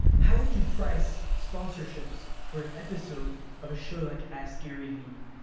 how would you price sponsorships for an episode of a show like askgaryvee?